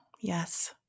Yes